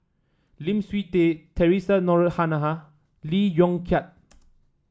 Lim Swee Say Theresa Noronha Lee Yong Kiat